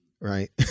right